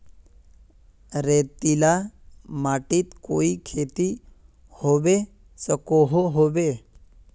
रेतीला माटित कोई खेती होबे सकोहो होबे?